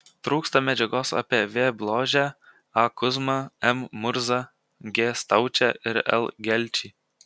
trūksta medžiagos apie v bložę a kuzmą m murzą g staučę ir l gelčį